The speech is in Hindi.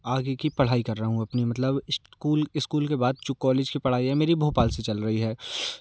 आगे की पढ़ाई कर रहा हूँ अपनी मतलब श्कूल इस्कूल के बाद जो कॉलेज की पढ़ाई है मेरी भोपल से चल रही है